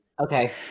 Okay